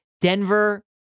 Denver